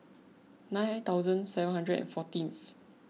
nine thousand seven hundred and fourteenth